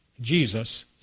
Jesus